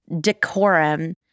decorum